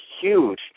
huge